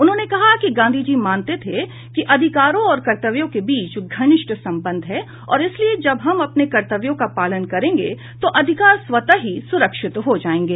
उन्होंने कहा कि गांधी जी मानते थे कि अधिकारों और कर्तव्यों के बीच घनिष्ठ संबंध हैं और इसलिए जब हम अपने कर्तव्यों का पालन करेंगे तो अधिकार स्वतः ही सुरक्षित हो जाएंगे